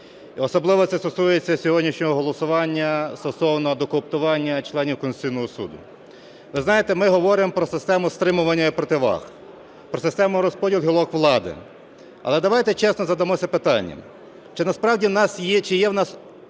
особливо це стосується сьогоднішнього голосування стосовно доукомплектування членів Конституційного Суду. Ви знаєте, ми говоримо про систему стримування і противаг, про систему розподілу гілок влади. Але, давайте чесно задамося питанням: чи насправді у нас є орган